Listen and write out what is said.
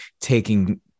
taking